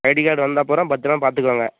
ID card வந்த அப்புறம் பத்திரமா பார்த்துகோங்க